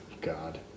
God